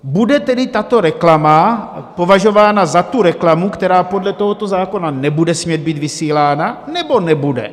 Bude tedy tato reklama považována za tu reklamu, která podle tohoto zákona nebude smět být vysílána, nebo nebude?